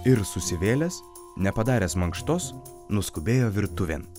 ir susivėlęs nepadaręs mankštos nuskubėjo virtuvėn